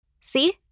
See